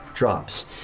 drops